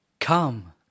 Come